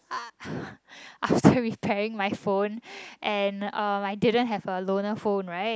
uh after repairing my phone and um I didn't have a loaner phone right